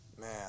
Man